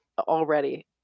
already